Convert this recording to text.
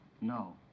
No